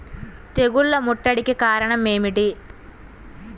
తెగుళ్ల ముట్టడికి కారణం ఏమిటి?